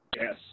yes